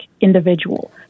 individual